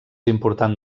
important